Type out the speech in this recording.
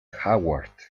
howard